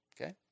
okay